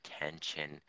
attention